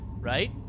right